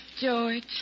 George